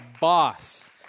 boss